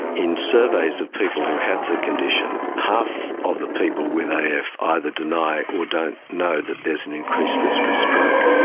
in surveys of people who have the condition, half of the people with af either deny or don't know that there is an increased risk of stroke.